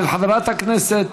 של חברת הכנסת